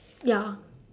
ya